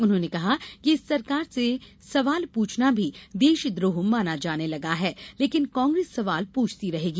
उन्होंने कहा कि इस सरकार में सवाल पूछना भी देशद्रोह माना जाने लगा है लेकिन कांग्रेस सवाल पूछती रहेगी